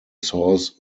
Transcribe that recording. source